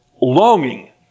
longing